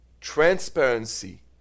transparency